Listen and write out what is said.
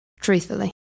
truthfully